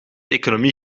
economie